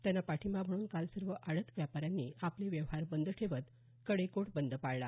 त्यांना पाठिंबा म्हणून काल सर्व आडत व्यापाऱ्यांनी आपले व्यवहार बंद ठेवत कडेकोट बंद पाळला